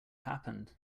happened